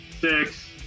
Six